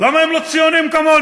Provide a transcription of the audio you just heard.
למה הם לא ציונים כמונו?